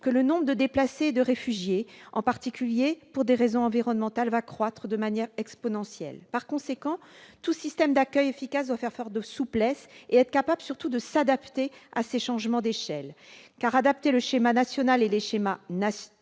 que le nombre de déplacés et de réfugiés, en particulier pour des raisons environnementales, va croître de manière exponentielle. Par conséquent, tout système d'accueil efficace doit faire preuve de souplesse et, surtout, être capable de s'adapter aux éventuels changements d'échelle. De fait, adapter le schéma national et les schémas régionaux